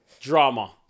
Drama